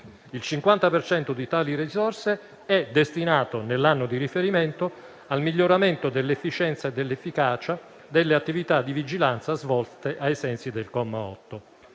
cento di tali risorse è destinato, nell'anno di riferimento, al miglioramento dell'efficienza e dell'efficacia delle attività di vigilanza svolte ai sensi del comma 8.